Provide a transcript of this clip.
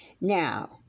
Now